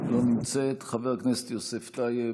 אינה נמצאת, חבר הכנסת יוסף טייב,